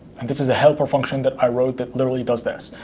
and this is the helper function that i wrote that literally does this.